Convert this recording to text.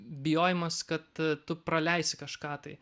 bijojimas kad tu praleisi kažką tai